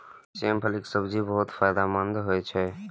सेम फलीक सब्जी बहुत फायदेमंद होइ छै